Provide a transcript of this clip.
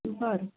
बरं